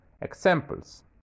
Examples